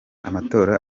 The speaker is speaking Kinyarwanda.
amatora